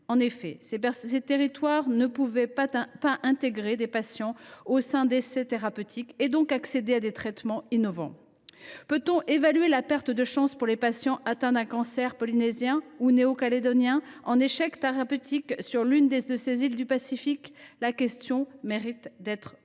en effet, ces territoires ne pouvaient pas intégrer de patients au sein d’essais thérapeutiques, et donc accéder à des traitements innovants. Peut on évaluer la perte de chance pour les patients polynésiens ou néo calédoniens atteints d’un cancer et en échec thérapeutique sur l’une de ces îles du Pacifique ? La question mérite d’être posée de